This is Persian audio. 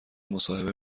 مصاحبه